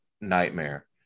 nightmare